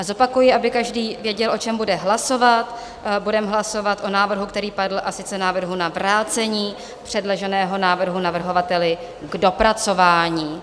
Zopakuji, aby každý věděl, o čem bude hlasovat: budeme hlasovat o návrhu, který padl, a sice návrhu na vrácení předloženého návrhu navrhovateli k dopracování.